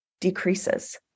decreases